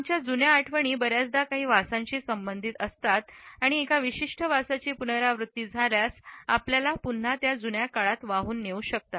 आमच्या जुन्या आठवणी बर्याचदा काही वासांशी संबंधित आहेत आणि एका विशिष्ट वासाची पुनरावृत्ती आपल्याला पुन्हा जुन्या काळात वाहून नेऊ शकते